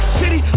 city